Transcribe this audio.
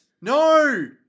No